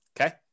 Okay